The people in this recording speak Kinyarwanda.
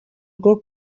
rwo